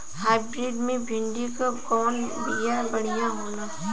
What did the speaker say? Hybrid मे भिंडी क कवन बिया बढ़ियां होला?